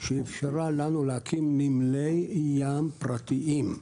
שאפשרה לנו להקים נמלי ים פרטיים.